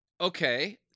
Okay